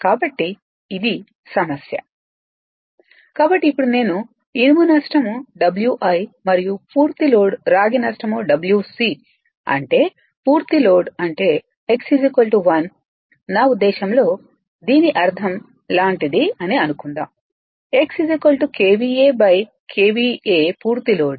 కాబట్టి ఇది సమస్య కాబట్టి ఇప్పుడు నేను ఇనుము నష్టం W i మరియు పూర్తి లోడ్ రాగి నష్టం W c అంటే పూర్తి లోడ్ అంటే x 1 నా ఉద్దేశ్యంలో దీని అర్ధం లాంటిది అని అనుకుందాం x KVAKVA పూర్తి లోడ్